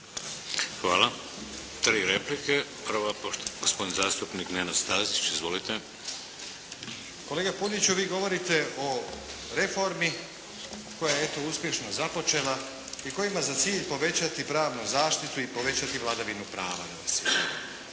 Hvala. Tri replike. Prva, poštovani, gospodin zastupnik Nenad Stazić. Izvolite. **Stazić, Nenad (SDP)** Kolega Puljiću vi govorite o reformi koja je eto uspješno započela i koja ima za cilj povećati pravnu zaštitu i povećati vladavinu prava